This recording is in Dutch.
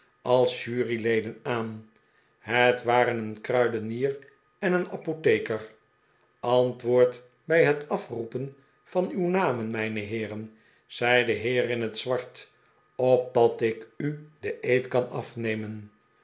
als juryleden aan het waren een kruidenier en een apotheker antwoordt bij het afroepen van uw namen mijne heeren zei de heer in het zwart opdat ik u den eed kan afnemen